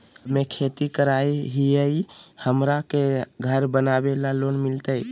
हमे खेती करई हियई, हमरा के घर बनावे ल लोन मिलतई?